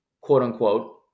quote-unquote